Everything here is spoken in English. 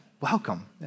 welcome